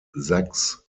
sachs